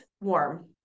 warm